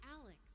Alex